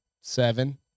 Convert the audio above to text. seven